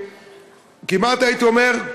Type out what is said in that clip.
כמעט הייתי אומר,